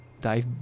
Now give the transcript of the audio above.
dive